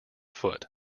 foot